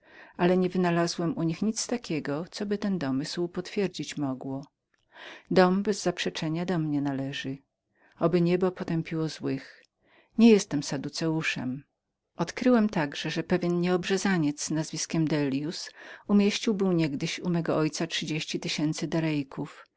ale nie wynalazłem u nich nic takiego coby ten domysł potwierdzić mogło dom bez zaprzeczenia do mnie należy oby niebo potępiło złych nie jestem saduceuszem znalazłem także że pewien nieobrzezaniec nazwiskiem dellius umieścił był niegdyś u mojego ojca trzydzieści tysięcy darejków